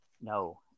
no